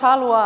niin